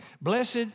Blessed